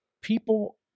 People